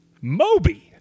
Moby